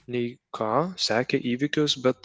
nei ką sekė įvykius bet